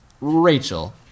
Rachel